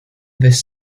this